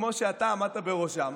כמו זו שאתה עמדת בראשה?